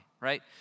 right